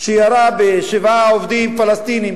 את עמי פופר, שירה בשבעה עובדים פלסטינים.